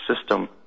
system